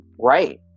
Right